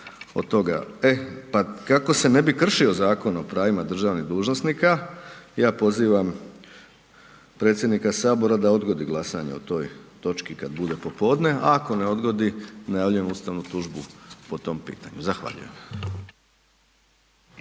pa kako se ne bi kršio Zakon o pravima državnih dužnosnika, ja pozivam predsjednika Sabora da odgodi glasanje o toj točki kad bude popodne, ako ne odgodi, najavljujem ustavnu tužbu po tom pitanju. Zahvaljujem.